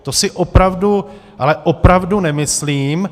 To si opravdu, ale opravdu nemyslím.